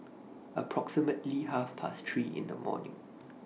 approximately Half Past three in The morning